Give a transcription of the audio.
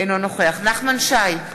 אינו נוכח נחמן שי,